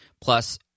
plus